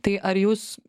tai ar jūs